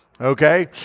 okay